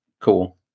cool